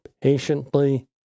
patiently